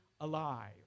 alive